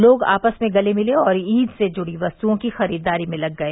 लोग आपस में गले मिले और ईद से जुड़ी वस्तुओं की खरीदारी में लग गए